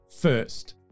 first